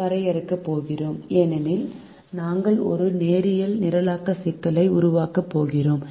வரையறுக்கப் போகிறோம் ஏனெனில் நாங்கள் ஒரு நேரியல் நிரலாக்க சிக்கலை உருவாக்கப் போகிறோம்